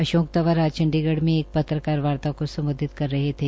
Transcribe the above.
अशोक तंवर आज चंडीगढ़ में एक पत्रकारवार्ता को सम्बोधित कर रहे थे